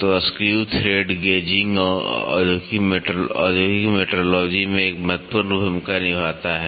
तो screw thread gauging （screw thread gauging）औद्योगिक metrology （metrology） में एक महत्वपूर्ण भूमिका निभाता है